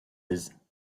mrs